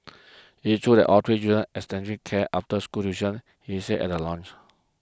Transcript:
it's true that all three children had kid after school tuition he said at the launch